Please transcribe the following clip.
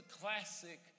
classic